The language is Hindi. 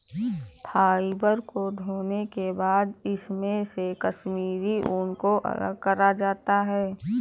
फ़ाइबर को धोने के बाद इसमे से कश्मीरी ऊन को अलग करा जाता है